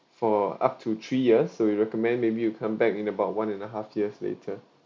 for up to three years so we recommend maybe you come back in about one and a half years later